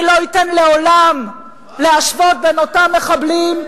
אני לא אתן לעולם להשוות בין אותם מחבלים,